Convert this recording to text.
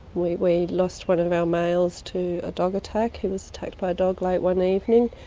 we we lost one of our males to a dog attack, he was attacked by a dog late one evening,